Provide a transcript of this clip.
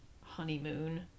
honeymoon